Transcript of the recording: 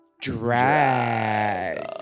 Drag